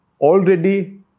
already